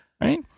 Right